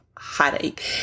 headache